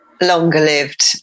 longer-lived